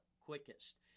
quickest